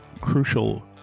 crucial